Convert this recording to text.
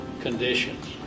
conditions